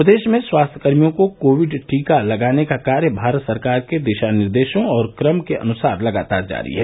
प्रदेश में स्वास्थ्यकर्मियों को कोविड टीका लगाने का कार्य भारत सरकार के दिशा निर्देशों और कम के अनुसार लगातार जारी है